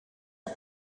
are